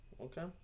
Okay